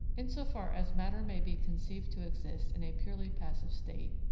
in so far as matter may be conceived to exist in a purely passive state,